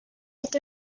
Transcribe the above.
est